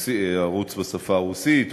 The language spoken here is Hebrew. ערוץ בשפה הרוסית,